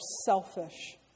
selfish